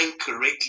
correctly